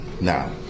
Now